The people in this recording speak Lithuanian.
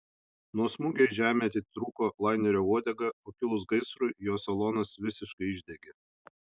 nuo smūgio į žemę atitrūko lainerio uodega o kilus gaisrui jo salonas visiškai išdegė